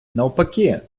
навпаки